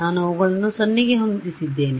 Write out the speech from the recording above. ನಾನು ಅವುಗಳನ್ನು 0 ಗೆ ಹೊಂದಿಸಿದ್ದೇನೆ